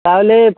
তাহলে